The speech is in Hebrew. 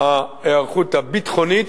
בהיערכות הביטחונית,